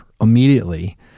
immediately